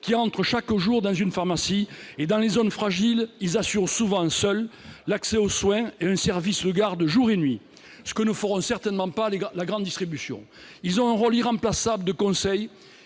qui entrent chaque jour dans une pharmacie. Dans les zones fragiles, ils assurent souvent seuls l'accès aux soins et un service de garde jour et nuit, ce que ne fera certainement pas la grande distribution. Ils ont un rôle irremplaçable de conseil